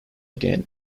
again